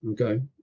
Okay